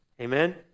Amen